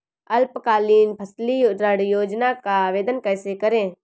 अल्पकालीन फसली ऋण योजना का आवेदन कैसे करें?